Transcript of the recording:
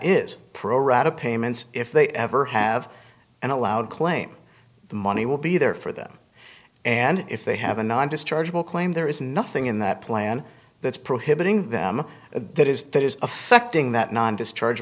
is pro rata payments if they ever have and allowed claim the money will be there for them and if they haven't i'm dischargeable claim there is nothing in that plan that's prohibiting them that is that is affecting that non discharge